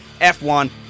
f1